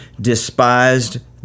despised